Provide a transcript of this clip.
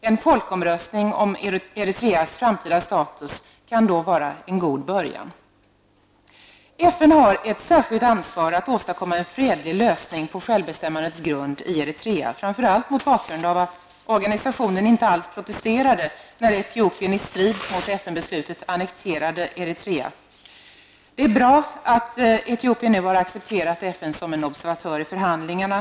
En folkomröstning om Eritreas framtida status kan vara en god början. FN har i Eritrea ett särskilt ansvar att åstadkomma en fredlig lösning på självbestämmandets grund, framför allt mot bakgrund av att organisationen inte alls protesterade då Etiopien i strid mot FN beslutet annekterade Eritrea. Det är bra att Etiopien nu har accepterat FN som observatör i förhandlingarna.